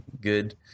good